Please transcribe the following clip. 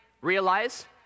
Realize